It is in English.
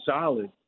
solid